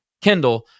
Kendall